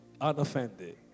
unoffended